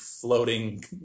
floating